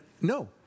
no